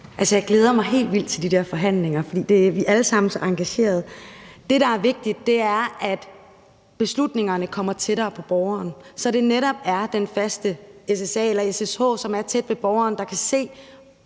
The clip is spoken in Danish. Jeg glæder mig helt vildt til de der forhandlinger, for vi er alle sammen så engagerede. Det, der er vigtigt, er, at beslutningerne kommer tættere på borgeren, så det netop er den faste ssa'er eller ssh'er, som er tæt på borgeren, der kan være